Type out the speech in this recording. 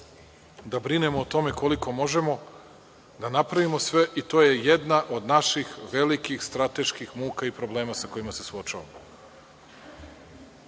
da brinemo o tome koliko možemo, da napravimo sve i to je jedna od naših velikih strateških muka i problema sa kojima se suočavamo. Sada